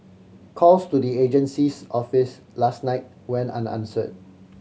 calls to the agency's office last night went unanswered